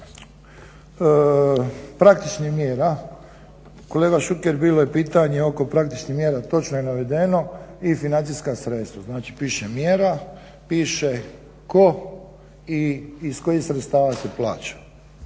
praktičnih mjera, kolega Šuker bilo je pitanje oko praktičnih mjera, točno je navedeno i financijska sredstva, znači piše mjera, piše tko i iz kojih sredstava se plaća